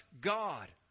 God